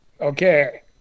Okay